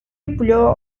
bloğa